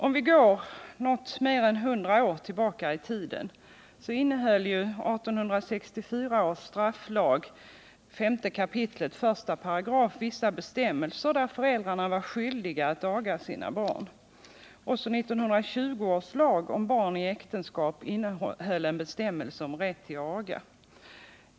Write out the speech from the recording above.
Om vi går något mer än 100 år tillbaka i tiden, finner vi att 1864 års strafflag, 5 kap. 18, innehöll vissa bestämmelser, där föräldrarna var skyldiga att aga sina barn. Också 1920 års lag om barn i äktenskap innehöll en bestämmelse om rätt till aga.